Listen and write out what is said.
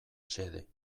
xede